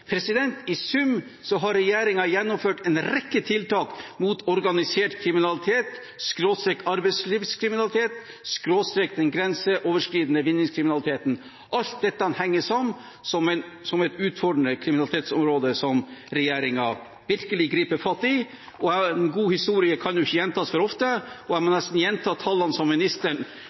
I sum har regjeringen gjennomført en rekke tiltak mot organisert kriminalitet/arbeidslivskriminalitet/den grenseoverskridende vinningskriminaliteten. Alt dette henger sammen som et utfordrende kriminalitetsområde som regjeringen virkelig griper fatt i. En god historie kan jo ikke gjentas for ofte, og jeg må nesten gjenta tallene som ministeren